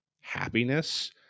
happiness